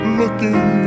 looking